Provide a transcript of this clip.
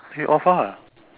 you off ah